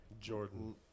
Jordan